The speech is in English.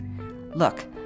Look